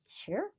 Sure